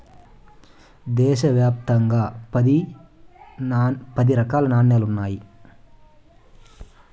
దేశ వ్యాప్తంగా పది రకాల న్యాలలు ఉన్నాయి